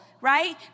right